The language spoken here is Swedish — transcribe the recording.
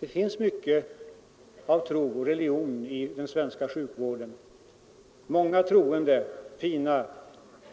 Det finns mycket av tro och religion i den svenska sjukvården — många troende fina